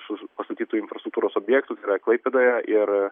su pastatytu infrastruktūros objektu tai yra klaipėdoje ir